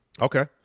Okay